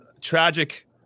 tragic